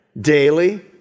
daily